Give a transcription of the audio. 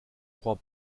croit